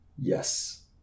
Yes